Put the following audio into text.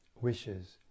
wishes